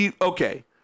Okay